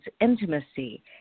intimacy